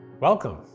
Welcome